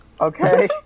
okay